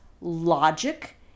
logic